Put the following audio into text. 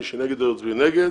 מי שנגד הערעור, יצביע נגד.